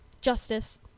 justice